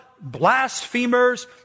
blasphemers